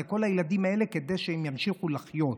לכל הילדים האלה כדי שהם ימשיכו לחיות.